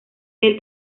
del